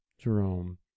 Jerome